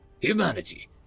Humanity